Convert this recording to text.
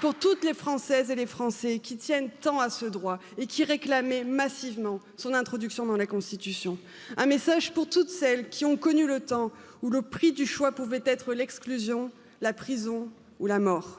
Pour toutes les Françaises et les Français qui tiennent tant à ce droit et réclamaient massivement dans la Constitution un message pour toutes celles qui ont connu le temps où le prix du choix pouvait être l'exclusion la prison ou la mort